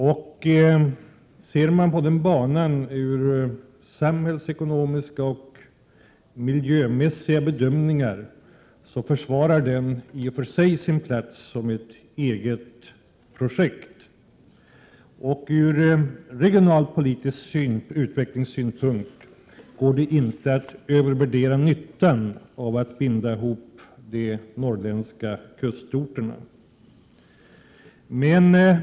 Om man ser på den banan med beaktande av samhällsekonomiska och miljömässiga bedömningar, så försvarar den i och för sig sin plats som ett eget projekt. Ur regionalpolitisk utvecklingssynpunkt går det inte att övervärdera nyttan av att binda ihop de norrländska kustorterna.